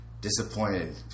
disappointed